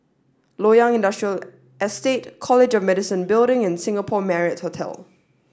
Loyang Industrial Estate College of Medicine Building and Singapore Marriott Hotel